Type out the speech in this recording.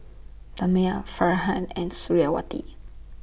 Damia Farhan and Suriawati